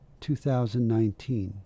2019